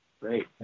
Great